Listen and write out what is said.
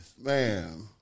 Man